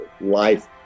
life